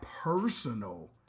personal